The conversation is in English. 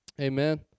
amen